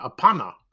Apana